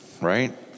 Right